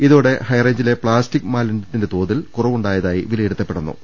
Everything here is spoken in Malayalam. ഇതോടെ ഹൈറേഞ്ചിലെ പ്ലാസ്റ്റിക് മാലിന്യത്തിന്റെ തോതിൽ കുറവുണ്ടായതായി വിലയിരുത്തപ്പെടു ന്നു